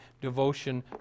devotion